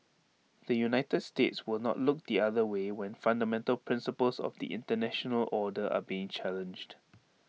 the united states will not look the other way when fundamental principles of the International order are being challenged